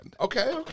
Okay